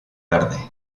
verde